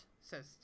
says